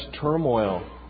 turmoil